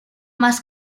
más